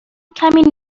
کمی